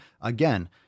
again